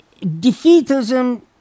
defeatism